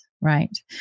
right